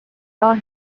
saw